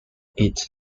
its